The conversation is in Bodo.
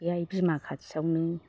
बे आइ बिमा खाथियावनो